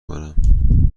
کنم